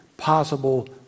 possible